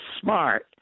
smart